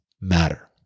matter